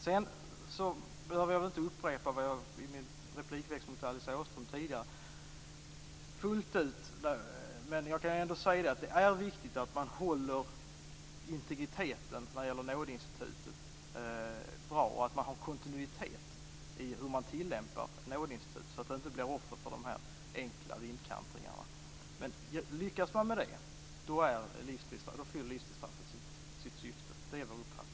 Jag behöver inte fullt ut upprepa min replikväxling med Alice Åström tidigare, men jag kan ändå säga att det är viktigt att man håller på integriteten vad gäller nådeinstitutet och har kontinuitet i tillämpningen av det, så att man inte blir offer för enkla vindkantringar. Om man lyckas med detta fyller livstidsstraffet sitt syfte. Det är vår uppfattning.